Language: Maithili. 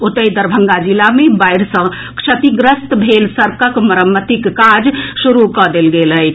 ओतहि दरभंगा जिला मे बाढ़ि सॅ क्षतिग्रस्त भेल सड़कक मरम्मतिक काज शुरू कऽ देल गेल अछि